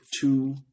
two